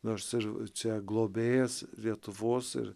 nors ir čia globėjas lietuvos ir